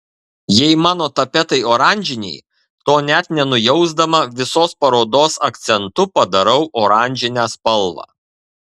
jei mano tapetai oranžiniai to net nenujausdama visos parodos akcentu padarau oranžinę spalvą